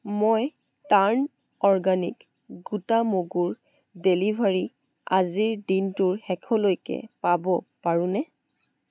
মই turn organic গোটা মগুৰ ডেলিভাৰী আজিৰ দিনটোৰ শেষলৈকে পাব পাৰোঁনে